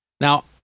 Now